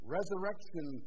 Resurrection